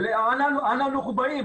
אנה אנחנו באים?